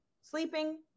sleeping